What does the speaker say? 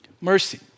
Mercy